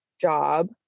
job